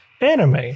anime